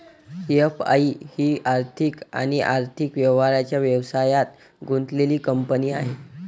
FI ही आर्थिक आणि आर्थिक व्यवहारांच्या व्यवसायात गुंतलेली कंपनी आहे